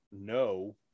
no